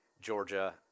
Georgia